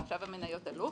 ועכשיו המניות עלו,